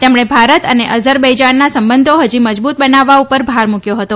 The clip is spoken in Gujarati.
તેમણે ભારત અને અઝરબૈજાનના સંબંધો હજી મજબૂત બનાવવા ઉપર ભાર મૂક્યો હતો